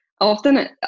often